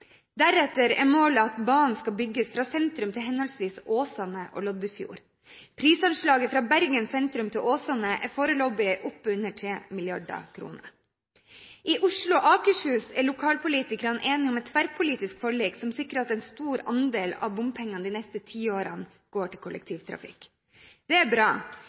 Deretter er målet at banen skal bygges fra sentrum til henholdsvis Åsane og Loddefjord. Prisanslaget fra Bergen sentrum til Åsane er foreløpig oppunder 3 mrd kr. I Oslo og Akershus er lokalpolitikerne enige om et tverrpolitisk forlik som sikrer at en stor andel av bompengene de neste ti årene går til kollektivtrafikk. Det er bra.